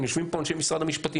יושבים פה אנשי משרד המשפטים,